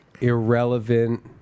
irrelevant